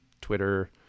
Twitter